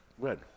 good